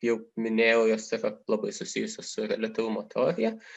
jau minėjau jos yra labai susijusios su reliatyvumo